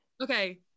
Okay